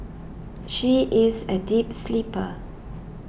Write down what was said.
she is a deep sleeper